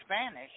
Spanish